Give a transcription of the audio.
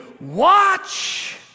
Watch